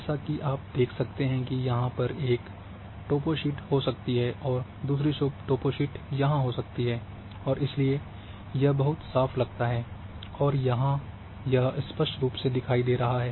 जैसा कि आप देख सकते हैं कि यहां पर एक टोपोशीट हो सकती है और दूसरी टोपोशीट यहाँ हो सकती है और इसलिए यह बहुत साफ़ लगता है और यह यहाँ स्पष्ट रूप से दिखाई दे रहा है